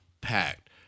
packed